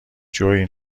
جویی